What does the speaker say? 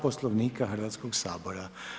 Poslovnika Hrvatskog sabora.